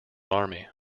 army